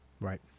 right